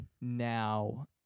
now